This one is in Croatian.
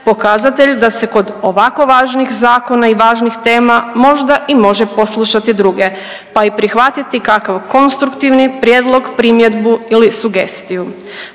pokazatelj da se kod ovako važnih zakona i važnih tema možda i može poslušati druge, pa i prihvatiti kakav konstruktivni prijedlog, primjedbu ili sugestiju,